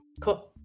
Cool